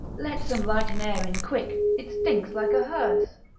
let some light and air in, quick. it stinks like a hearse